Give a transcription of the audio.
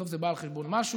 בסוף זה בא על חשבון משהו.